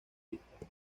vista